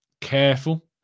careful